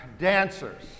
dancers